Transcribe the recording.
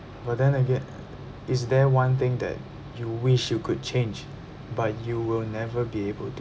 but then again is there one thing that you wish you could change but you will never be able to